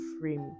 frame